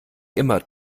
immer